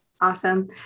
Awesome